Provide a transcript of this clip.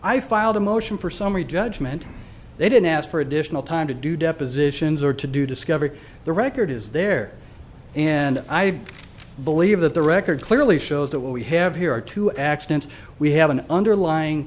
i filed a motion for summary judgment they didn't ask for additional time to do depositions or to do discovery the record is there and i believe that the record clearly shows that what we have here are two accidents we have an underlying